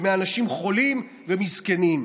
מאנשים חולים ומזקנים.